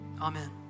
Amen